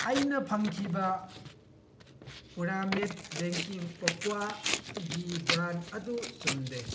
ꯑꯩꯅ ꯐꯪꯈꯤꯕ ꯄꯨꯔꯥꯃꯦꯠ ꯕꯦꯀꯤꯡ ꯀꯣꯀ꯭ꯋꯥꯒꯤ ꯕ꯭ꯔꯥꯟ ꯑꯗꯨ ꯆꯨꯝꯗꯦ